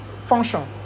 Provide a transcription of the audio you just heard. function